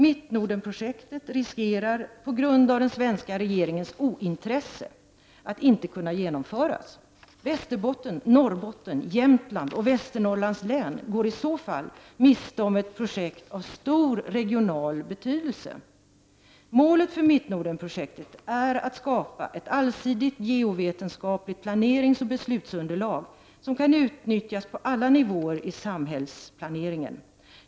Mittnordenprojektet riskerar på grund av den svenska regeringens ointresse att inte kunna genomföras. Västerbotten, Norrbotten, Jämtland och Västernorrlands län går i så fall miste om ett projekt av stor regional betydelse. Målet för Mittnordenprojektet är att skapa ett allsidigt geovetenskapligt planeringsoch beslutsunderlag som kan utnyttjas på alla nivåer i samhällsplaneringen.